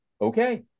okay